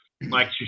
Mike